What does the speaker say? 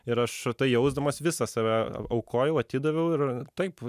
ir aš tai jausdamas visą save aukojau atidaviau ir taip